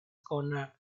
corner